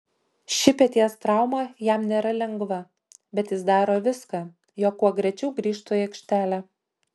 ši peties trauma jam nėra lengva bet jis daro viską jog kuo greičiau grįžtų į aikštelę